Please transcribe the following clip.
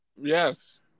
Yes